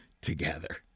together